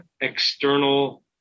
external